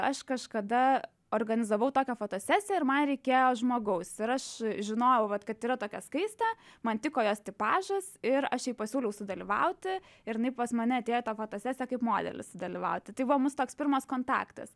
aš kažkada organizavau tokią fotosesiją ir man reikėjo žmogaus ir aš žinojau kad yra tokia skaistė man tiko jos tipažas ir aš jai pasiūliau sudalyvauti ir jinai pas mane atėjo į tą fotosesiją kaip modelis sudalyvauti tai buvo mūsų toks pirmas kontaktas